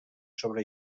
sobre